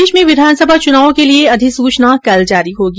प्रदेश में विधानसभा चुनावों के लिये अधिसूचना कल जारी होगी